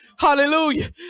Hallelujah